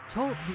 Talk